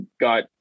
got